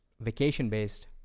vacation-based